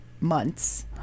months